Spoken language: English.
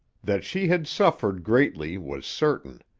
that she had suffered greatly was certain.